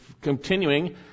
continuing